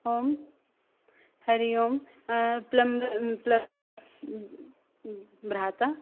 ओं हरि ओं प्लम्ब भ्राता